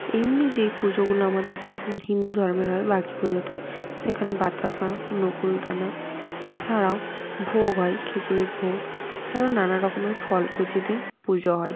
এমনি যেই পুজোগুলো আমাদের হিন্দু ধর্মের হয় বাকি পুজোতে সেখানে বাতাসা নকুলদানা এছাড়াও ভোগ হয় খিচুড়ির ভোগ এছাড়াও নানা রকমের ফল কুঁচি দিয়ে পুজো হয়